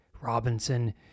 Robinson